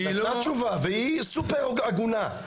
היא סופר הגונה,